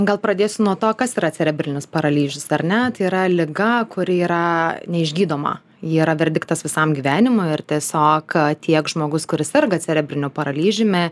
gal pradėsiu nuo to kas yra cerebrinis paralyžius ar ne tai yra liga kuri yra neišgydoma ji yra verdiktas visam gyvenimui ar tiesiog tiek žmogus kuris serga cerebriniu paralyžiumi